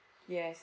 yes